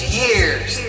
years